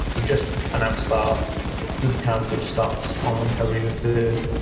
we're just announced our boot camp which starts on february third,